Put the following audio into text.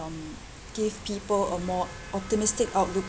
um give people a more optimistic outlook